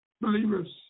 believers